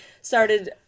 started